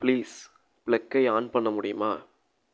please பிளக்கை on பண்ண முடியுமா